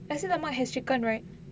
nasi lemak has chicken right